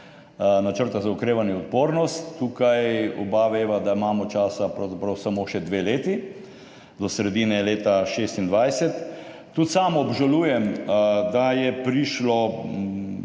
Načrta za okrevanje in odpornost, tukaj oba veva, da imamo časa pravzaprav samo še dve leti, do sredine leta 2026. Tudi sam obžalujem, da je prišlo